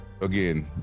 again